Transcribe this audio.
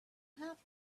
have